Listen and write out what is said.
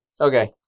Okay